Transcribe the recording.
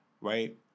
Right